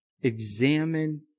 Examine